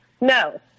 No